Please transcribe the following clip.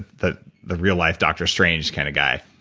the the real life dr. strange kind of guy.